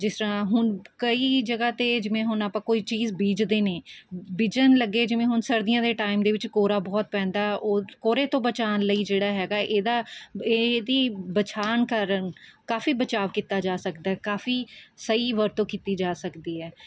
ਜਿਸ ਤਰ੍ਹਾਂ ਹੁਣ ਕਈ ਜਗ੍ਹਾ 'ਤੇ ਜਿਵੇਂ ਹੁਣ ਆਪਾਂ ਕੋਈ ਚੀਜ਼ ਬੀਜਦੇ ਨੇ ਬੀਜਣ ਲੱਗੇ ਜਿਵੇਂ ਹੁਣ ਸਰਦੀਆਂ ਦੇ ਟਾਈਮ ਦੇ ਵਿੱਚ ਕੋਹਰਾ ਬਹੁਤ ਪੈਂਦਾ ਉਹ ਕੋਹਰੇ ਤੋਂ ਬਚਾਉਣ ਲਈ ਜਿਹੜਾ ਹੈਗਾ ਇਹਦਾ ਇਹਦੀ ਵਛਾਉਣ ਕਾਰਨ ਕਾਫੀ ਬਚਾਉ ਕੀਤਾ ਜਾ ਸਕਦਾ ਹੈ ਕਾਫੀ ਸਹੀ ਵਰਤੋਂ ਕੀਤੀ ਜਾ ਸਕਦੀ ਹੈ